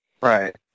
Right